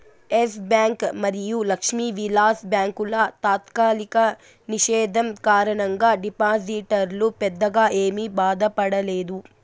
yes bank మరియు లక్ష్మీ విలాస్ బ్యాంకుల తాత్కాలిక నిషేధం కారణంగా డిపాజిటర్లు పెద్దగా ఏమీ బాధపడలేదు